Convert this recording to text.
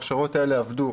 ההכשרות האלה עבדו.